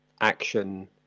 action